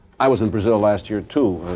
i was in brazil last year, too,